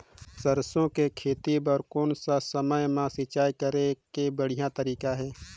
सरसो के खेती बार कोन सा समय मां सिंचाई करे के बढ़िया तारीक हे?